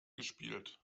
gespielt